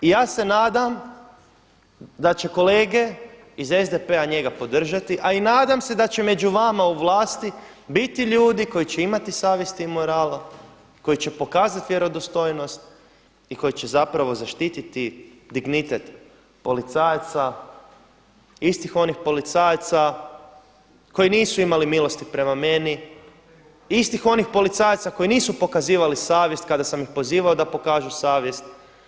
I ja se nadam da će kolege iz SDP-a njega podržati, a i nadam se da će među vama u vlasti biti ljudi koji će imati savjesti i morala, koji će pokazati vjerodostojnost i koji će zapravo zaštititi dignitet policajaca, istih onih policajaca koji nisu imali milosti prema meni, istih onih policajaca koji nisu pokazivali savjest kada sam ih pozivao da pokažu savjest.